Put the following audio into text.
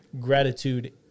gratitude